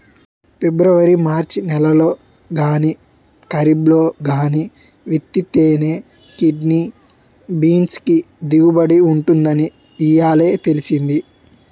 February March నెలల్లో గానీ, కరీబ్లో గానీ విత్తితేనే కిడ్నీ బీన్స్ కి దిగుబడి ఉంటుందని ఇయ్యాలే తెలిసింది